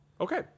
okay